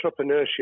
entrepreneurship